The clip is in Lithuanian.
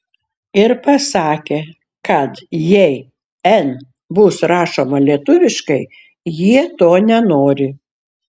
ir pasakė kad jei n bus rašoma lietuviškai jie to nenori